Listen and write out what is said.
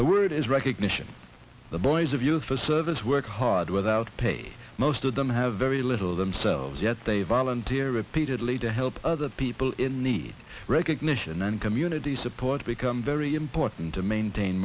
the word is recognition the boys of youth for service work hard without pay most of them have very little themselves yet they volunteer repeatedly to help other people in need recognition and community support become very important to maintain